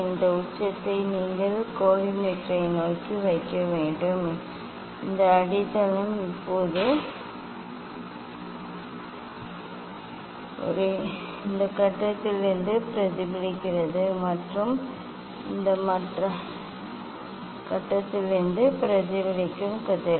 இந்த உச்சத்தை நீங்கள் கோலிமேட்டரை நோக்கி வைக்க வேண்டும் இந்த அடித்தளம் இப்போது இந்த கட்டத்திலிருந்து பிரதிபலிக்கிறது மற்றும் இந்த மற்ற கட்டத்திலிருந்து பிரதிபலிக்கும் கதிர்கள்